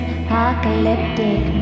apocalyptic